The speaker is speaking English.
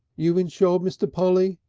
you insured, mr. polly?